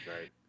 Right